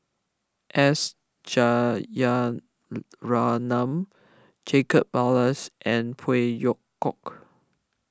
S Rajaratnam Jacob Ballas and Phey Yew Kok